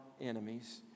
enemies